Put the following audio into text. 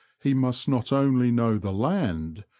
he must not only know the land,